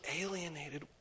alienated